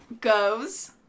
Goes